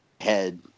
head